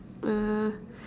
uh